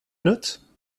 note